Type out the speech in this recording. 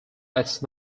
its